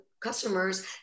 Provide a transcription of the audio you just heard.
customers